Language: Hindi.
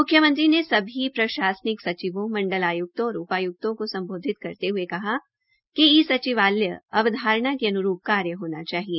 मुख्यमंत्री ने सभी प्रशासनिक सचिवों मंडल आयुक्तों और उपायुक्तों को संबोधित करते हुए कहा कि ई सचिवालय अवधारणा की अनुरूप कार्य होना चाहिए